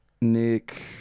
Nick